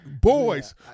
boys